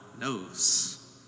knows